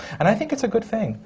and i mean that's a good thing,